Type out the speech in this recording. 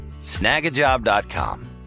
Snagajob.com